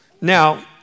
Now